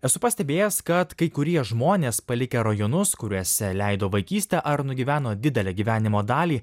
esu pastebėjęs kad kai kurie žmonės palikę rajonus kuriuose leido vaikystę ar nugyveno didelę gyvenimo dalį